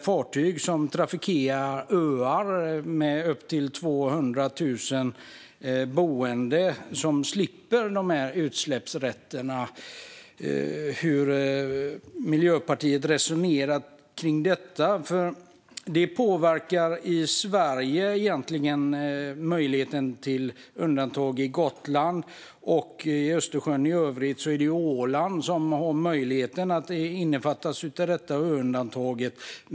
Fartyg som trafikerar öar med upp till 200 000 boende slipper kravet på utsläppsrätter. Hur resonerar Miljöpartiet om detta? I Sverige påverkar detta möjligheten till undantag för Gotland. I Östersjön i övrigt är det Åland som har möjligheten att innefattas i ö-undantaget.